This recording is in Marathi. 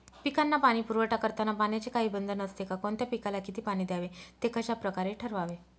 पिकांना पाणी पुरवठा करताना पाण्याचे काही बंधन असते का? कोणत्या पिकाला किती पाणी द्यावे ते कशाप्रकारे ठरवावे?